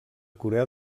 corea